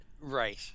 Right